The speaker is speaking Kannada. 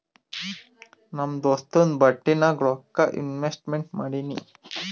ನಮ್ ದೋಸ್ತುಂದು ಬಟ್ಟಿ ನಾಗ್ ರೊಕ್ಕಾ ಇನ್ವೆಸ್ಟ್ಮೆಂಟ್ ಮಾಡಿನಿ